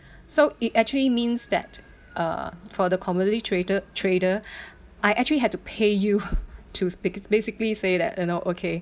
so it actually means that uh for the commodity trader trader I actually had to pay you to speak it's basically say that you know okay